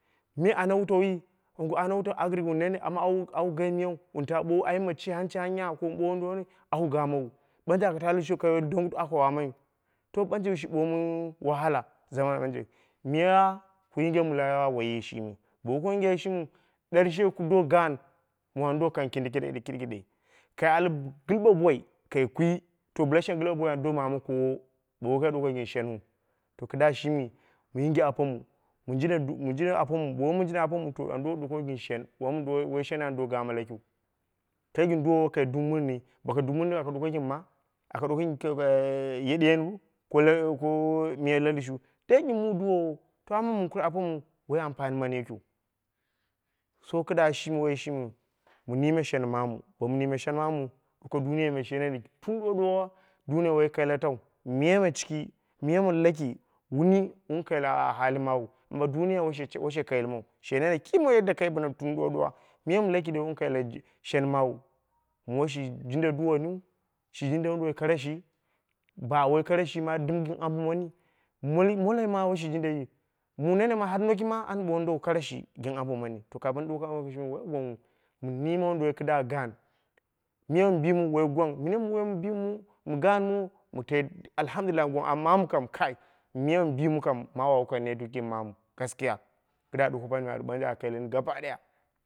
Me ana wutauwi, angwa anwutau anawutau agric wun nene, au gai miyau wun tawu ɓoowu ayim ma cin hane anya ko wu bowu au gammau, ɓanje aka ta la shoowi ka wai dongit aka wamaiyu, to ɓanje shi ɓoomu wahala jaman mi ɓanje miya ku yingɨmu la woiyi shimi bo woi kure yinga woiyi shimiu darshe ku do gaan mu an do kang kindikindi kiɗe kɨde kai al dumbo boi kai kwi to ɓila shang gɨlwa boi an do mama koowo bo wokai duka gɨn shenu. To kɨdda shimi mɨ yinge apomu, mu jinda mu jinda apomu bo womun jinda apomuu to an do ɗuko gɨn shen bo mun woi shen an do gama lakiu, kai gɨn duwowo kai duumumi boko duu mumi dou aka ɗuko gɨn ma? Aka ɗuko gɨn keka yeɗeru ko ligghyo ko miya la lushu dai, gɨn mu duwowo to amma mɨn kur apomu woi amponni mani yikiu so kɨdda shimi woiyi shimi mɨ niime shenmamu, bomu niime shenma mu ɗuko suniyai me sherekni tun ɗuwa ɗuwa duniya woi kailo tau miya moi ciki, miya mɨ laki wuni wun kaila hali maawu amma duniya woi she woi she kaighɨlmau, she nene kim yadda kai bɨna ɗuwa ɗuwa miyana laki ne wun kaila shenmaawu. Mu woi shi jinda duwoiniu, shi jinda wonduwoi kara shi ba wai kara shima ɗɨm gɨn ambo maani mol moloi ma woi shi jindaiyu, mu nene ma har nokima an ɓondou, kara shi gɨn ambo mani to ka bɨn ɗuko kamo kishimi woi gwangnghu mɨ niime wonduwoi kɨdda gaan, miya mɨ bimu wu wai gwang, mini woi mɨ bimu mɨ gaanmuu mu tek alhamdulillah amma miyam bimu kamau kang net ki mamuu gaskiya kɨdda ɗuko pani ɓanje a kaighɨleni ga ba ɗaya.